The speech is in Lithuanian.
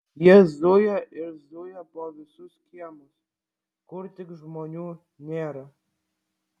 jie zuja ir zuja po visus kiemus kur tik žmonių nėra